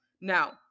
Now